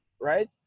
right